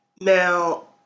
Now